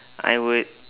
I would